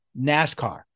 NASCAR